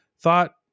thought